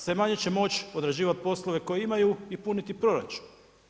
Sve manje će moći odrađivat poslove koje imaju i puniti proračun.